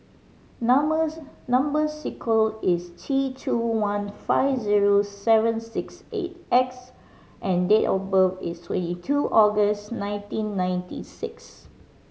numbers number is T two one five zero seven six eight X and date of birth is twenty two August nineteen ninety six